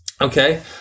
Okay